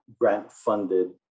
grant-funded